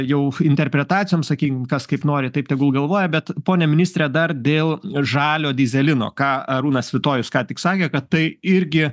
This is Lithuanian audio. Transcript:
jau interpretacijom sakykim kas kaip nori taip tegul galvoja bet pone ministre dar dėl žalio dyzelino ką arūnas svitojus ką tik sakė kad tai irgi